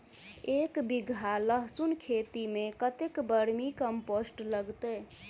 एक बीघा लहसून खेती मे कतेक बर्मी कम्पोस्ट लागतै?